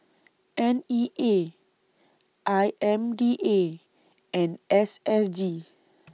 N E A I M D A and S S G